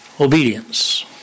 Obedience